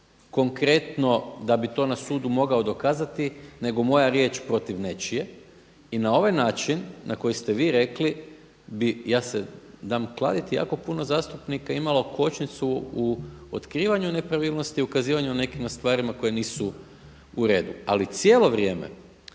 konkretno da bi to na sudu mogao dokazati nego moja riječ protiv nečije i na ovaj način na koji ste vi rekli bi ja se dam kladiti jako puno zastupnika imalo kočnicu u otkrivanju nepravilnosti i ukazivanju na nekim stvarima koje nisu u redu ali cijelo vrijeme